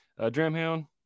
Dramhound